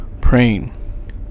praying